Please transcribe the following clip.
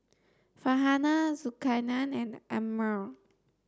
Farhanah Zulkarnain and Ammir